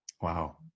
Wow